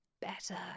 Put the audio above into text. better